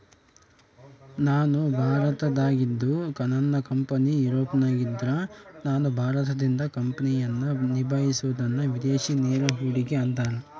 ನಾನು ಭಾರತದಾಗಿದ್ದು ನನ್ನ ಕಂಪನಿ ಯೂರೋಪ್ನಗಿದ್ದ್ರ ನಾನು ಭಾರತದಿಂದ ಕಂಪನಿಯನ್ನ ನಿಭಾಹಿಸಬೊದನ್ನ ವಿದೇಶಿ ನೇರ ಹೂಡಿಕೆ ಅಂತಾರ